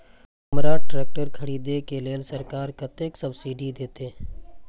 हमरा ट्रैक्टर खरदे के लेल सरकार कतेक सब्सीडी देते?